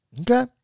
Okay